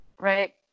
right